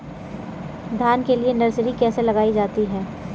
धान के लिए नर्सरी कैसे लगाई जाती है?